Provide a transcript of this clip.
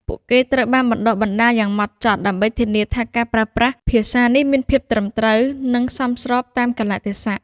ពួកគេត្រូវបានបណ្តុះបណ្តាលយ៉ាងហ្មត់ចត់ ដើម្បីធានាថាការប្រើប្រាស់ភាសានេះមានភាពត្រឹមត្រូវ និងសមស្របតាមកាលៈទេសៈ។